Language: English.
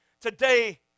Today